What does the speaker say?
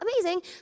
amazing